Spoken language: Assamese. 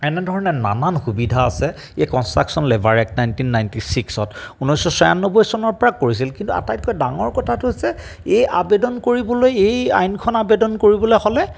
এনেধৰণে নানান সুবিধা আছে এই construction labour act nineteen ninety ছিক্সত ঊনৈছশ চিৰান্নবৈ চনৰ পৰাই কৰিছিল কিন্তু আটাইতকৈ ডাঙৰ কথাটো হৈছে এই আবেদন কৰিবলৈ এই আইনখন আবেদন কৰিবলৈ হ'লে